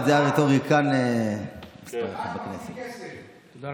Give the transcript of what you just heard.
לך על